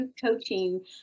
coaching